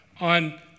on